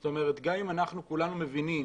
זאת אומרת, גם אם אנחנו כולנו מבינים